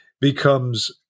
becomes